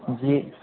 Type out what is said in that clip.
جی